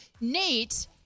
Nate